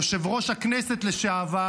יושב-ראש הכנסת לשעבר